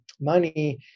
money